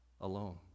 alone